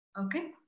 okay